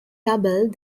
doubled